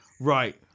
Right